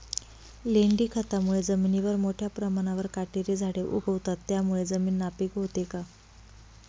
लेंडी खतामुळे जमिनीवर मोठ्या प्रमाणावर काटेरी झाडे उगवतात, त्यामुळे जमीन नापीक होते का?